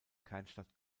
kernstadt